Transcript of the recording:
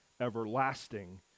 everlasting